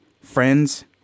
friends